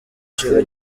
giciro